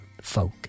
Folk